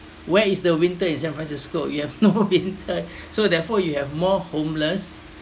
where is the winter in san francisco you have no winter so therefore you have more homeless